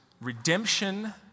redemption